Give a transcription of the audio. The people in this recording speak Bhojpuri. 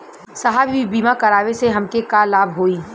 साहब इ बीमा करावे से हमके का लाभ होई?